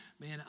Man